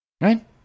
Right